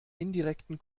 indirekten